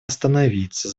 остановиться